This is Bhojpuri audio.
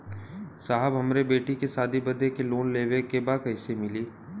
साहब हमरे बेटी के शादी बदे के लोन लेवे के बा कइसे मिलि?